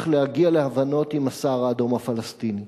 להגיע להבנות עם הסהר-האדום הפלסטיני,